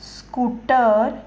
scooter